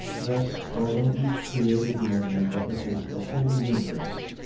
thus, although each created monad represents the whole universe,